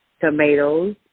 tomatoes